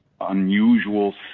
unusual